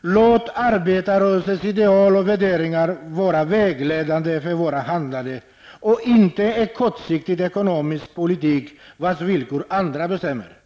Låt arbetarrörelsens ideal och värderingar vara vägledande för vårt handlande och inte en kortsiktig ekonomisk politik, vars villkor andra bestämmer.